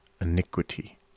iniquity